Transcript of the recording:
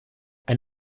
ein